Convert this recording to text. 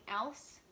else